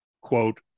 quote